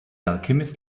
alchemist